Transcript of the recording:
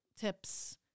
Tips